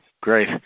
Great